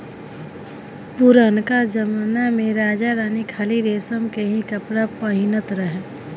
पुरनका जमना में राजा रानी खाली रेशम के ही कपड़ा पहिनत रहे